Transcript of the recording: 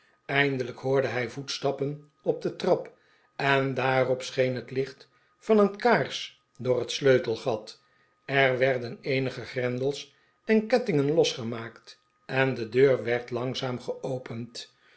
eindelijk hoorde hij voetstappen op detrap en daarop scheen het licht van een kaars door het sleutelgat er werden eenige grendels en kettingen losgemaakt en de deur werd langzaam geopend